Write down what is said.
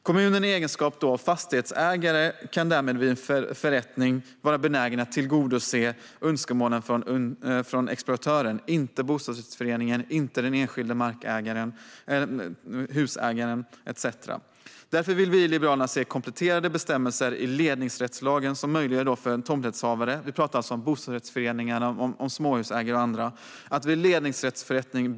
Kommunen i egenskap av fastighetsägare kan därmed vid förrättning vara benägen att tillgodose önskemålen från exploatören och inte bostadsrättsföreningen, den enskilda markägaren, husägaren etcetera. Därför vill vi i Liberalerna se kompletterande bestämmelser i ledningsrättslagen som möjliggör för tomträttshavare att vid ledningsförrättning bättre hävda sina intressen när en kommun är fastighetsägare.